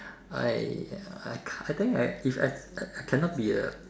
I uh I can't I think I if I cannot be a